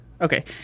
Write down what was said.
Okay